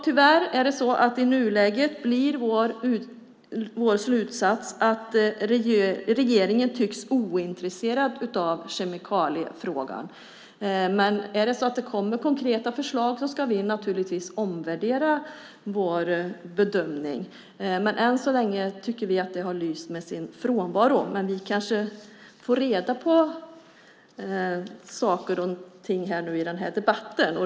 Tyvärr är vår slutsats att regeringen tycks ointresserad av kemikaliefrågan. Men kommer det konkreta förslag ska vi naturligtvis omvärdera vår bedömning. Än så länge tycker vi att dessa har lyst med sin frånvaro, men vi kanske får reda på saker och ting under debatten.